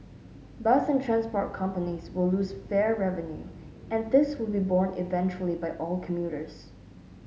bus and transport companies will lose fare revenue and this will be borne eventually by all commuters